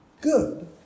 good